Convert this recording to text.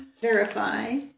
verify